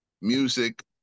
Music